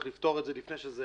איך לפתור את זה לפני שזה